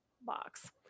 box